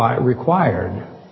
required